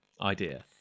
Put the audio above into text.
idea